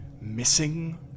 missing